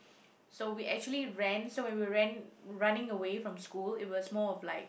so we actually ran so when we were ran running away from school it was more of like